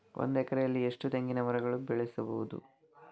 ಒಂದು ಎಕರೆಯಲ್ಲಿ ಎಷ್ಟು ತೆಂಗಿನಮರಗಳು ಬೆಳೆಯಬಹುದು?